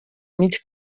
mig